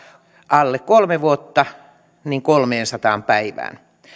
alle kolme vuotta kolmeensataan päivään